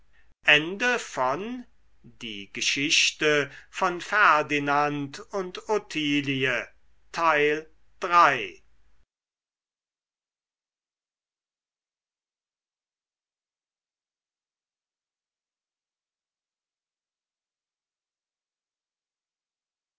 die geschichte von ferdinand und ottilie